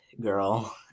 girl